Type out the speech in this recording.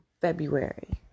February